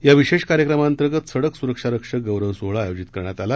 या विशेष कार्यक्रमांतर्गत सडक सुरक्षारक्षक गौरव सोहळा आयोजित करण्यात आला